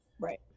Right